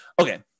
okay